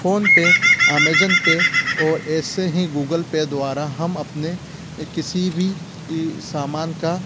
PhonePe Amazon Pay और ऐसे ही गूगल पे द्वारा हम अपने किसी भी सामान का